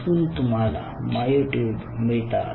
इथून तुम्हाला मायोट्यूब मिळतात